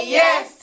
yes